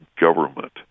government